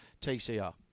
TCR